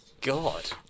God